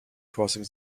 crossing